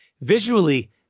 visually